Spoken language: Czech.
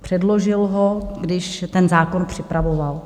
Předložil ho, když se ten zákon připravoval.